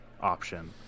option